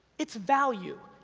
it's value!